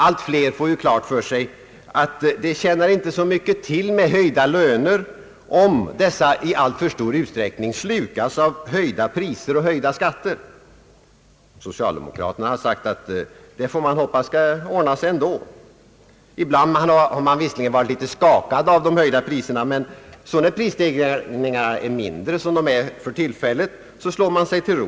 Allt fler får klart för sig att det inte tjänar så mycket till med höjda löner om dessa i alltför stor utsträckning slukas av höjda priser och höjda skatter. Socialdemokraterna har sagt att det nog kommer att ordna sig ändå. Ibland har man visserligen varit litet skakad av de höjda priserna, men när prisstegringarna är mindre, som fallet är för tillfället, slår man sig till ro.